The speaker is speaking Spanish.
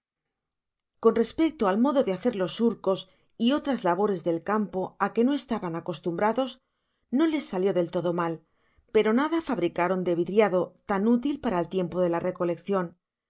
con respecto al modo de hacer los surcos y otras labores del campo á que no estaban acostumbrados no les salió del todo mal pero nada fabricaron do vidriado tan útil para el tiempo de la recoleccion